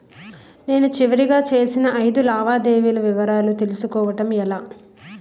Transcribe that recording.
నేను చివరిగా చేసిన ఐదు లావాదేవీల వివరాలు తెలుసుకోవటం ఎలా?